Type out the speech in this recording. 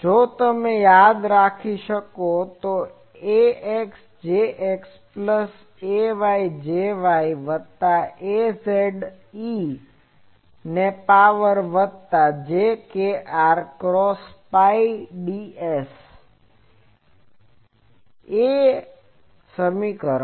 જો તમે યાદ રાખી શકો તો ax Jx plus ay Jy વત્તા એઝ Jz e ને પાવર વત્તા j kr cos phi ds